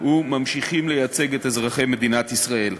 וממשיכים לייצג את אזרחי מדינת ישראל.